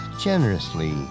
generously